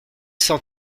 cent